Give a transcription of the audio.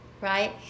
Right